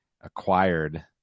acquired